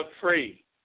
free